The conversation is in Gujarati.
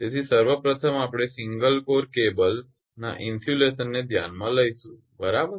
તેથી સર્વ પ્રથમ આપણે સિંગલએક જ કોર કેબલના ઇન્સ્યુલેશન ને ધ્યાનમાં લઈશું બરાબર